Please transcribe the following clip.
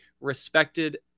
respected